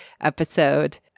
episode